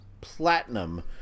platinum